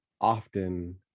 often